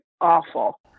awful